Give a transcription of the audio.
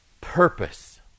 purpose